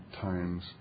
times